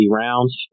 rounds